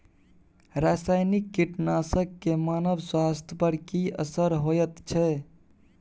रसायनिक कीटनासक के मानव स्वास्थ्य पर की असर होयत छै?